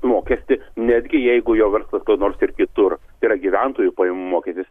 mokestį netgi jeigu jo verslas nors ir kitur tai yra gyventojų pajamų mokestis